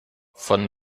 von